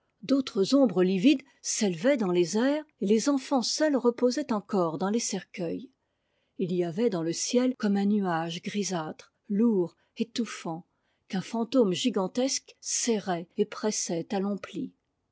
d'autres ombres livides s'élevaient dans les airs et les enfants seuls reposaient encore dans les cercueils il y avait dans le ciel comme un nuage grisâtre lourd étouffant qu'un fantôme gigantesque serrait et pressait à